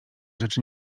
rzeczy